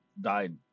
died